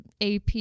AP